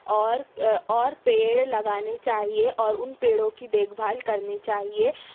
اور اور پیڑ لگانے چاہیے اور ان پیڑوں کی دیکھ بھال کرنی چاہیے